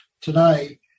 today